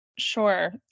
Sure